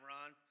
Ron